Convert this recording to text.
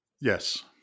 Yes